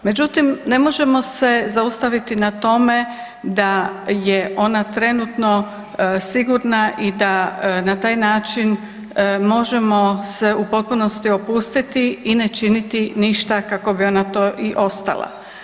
Međutim, ne možemo se zaustaviti na tome da je ona trenutno sigurna i da na taj način možemo se u potpunosti opustiti i ne činiti ništa kako bi ona to i ostala.